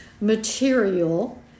material